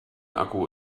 akku